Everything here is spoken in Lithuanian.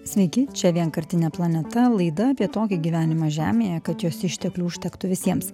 sveiki čia vienkartinė planeta laida apie tokį gyvenimą žemėje kad jos išteklių užtektų visiems